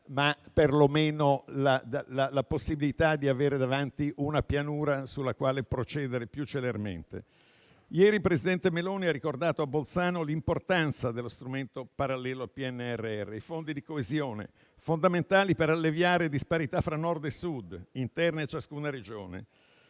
perlomeno come la possibilità di avere davanti una pianura sulla quale procedere più celermente. Ieri il presidente del Consiglio Meloni ha ricordato a Bolzano l'importanza dello strumento parallelo al PNRR, i fondi di coesione, fondamentali per alleviare disparità fra Nord e Sud e interne a ciascuna Regione.